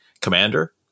commander